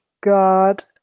God